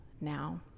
now